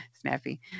Snappy